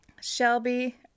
Shelby